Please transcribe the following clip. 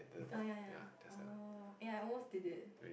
oh ya ya oh ya I almost did it